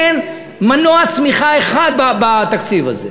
אין מנוע צמיחה אחד בתקציב הזה.